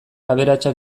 aberatsak